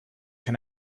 can